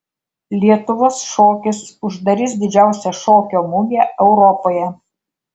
lietuvos šokis uždarys didžiausią šokio mugę europoje